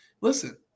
listen